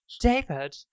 David